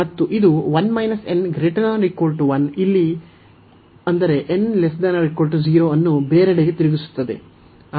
ಮತ್ತು ಇದು 1 n≥1 ಇಲ್ಲಿ ಅಂದರೆ n≤0 ಅನ್ನು ಬೇರೆಡೆಗೆ ತಿರುಗಿಸುತ್ತದೆ